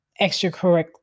extracurricular